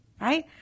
Right